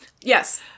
Yes